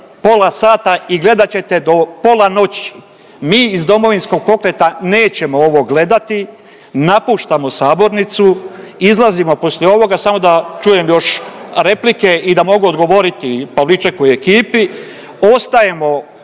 pola sata i gledat ćete do pola noći. Mi iz Domovinskog pokreta nećemo ovo gledati, napuštamo sabornicu, izlazimo poslije ovoga, samo da čujem još replike i da mogu odgovoriti i Pavličeku i ekipi, ostajemo,